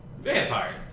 vampire